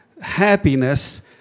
happiness